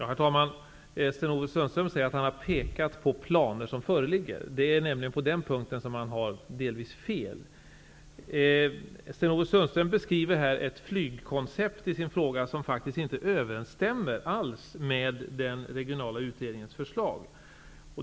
Herr talman! Sten-Ove Sundström säger att han har pekat på planer som föreligger. På den punkten har han delvis fel. Sten-Ove Sundström beskriver i sin fråga ett flygkoncept som faktiskt inte alls överensstämmer med den regionala utredningens förslag.